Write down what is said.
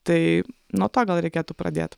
tai nuo to gal reikėtų pradėt